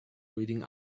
reading